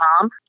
mom